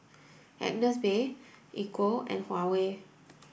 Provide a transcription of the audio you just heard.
Agnes B Equal and Huawei